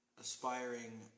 aspiring